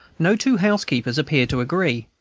no two housekeepers appear to agree.